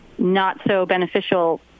not-so-beneficial